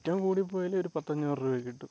ഏറ്റവും കൂടിപ്പോയാൽ ഒരു പത്തഞ്ഞൂറ് രൂപയൊക്കെ കിട്ടും